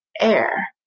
air